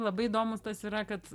labai įdomus tas yra kad